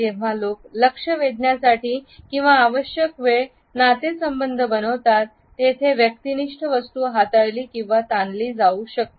जेव्हा लोक लक्ष वेधण्यासाठी किंवा आवश्यक वेळ नातेसंबंध बनवतात तेथे व्यक्तिनिष्ठ वस्तू हाताळली किंवा ताणली जाऊ शकते